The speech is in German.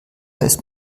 ist